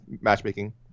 matchmaking